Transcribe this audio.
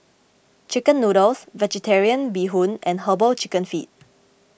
Chicken Noodles Vegetarian Bee Hoon and Herbal Chicken Feet